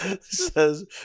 Says